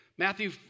Matthew